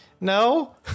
No